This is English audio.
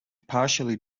partially